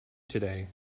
today